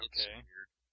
Okay